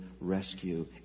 rescue